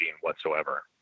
whatsoever